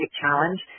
challenge